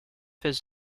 his